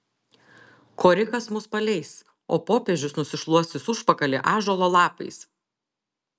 korikas mus paleis o popiežius nusišluostys užpakalį ąžuolo lapais